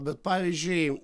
bet pavyzdžiui